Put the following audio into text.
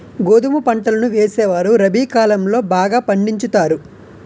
గోధుమ పంటలను వేసేవారు రబి కాలం లో బాగా పండించుతారు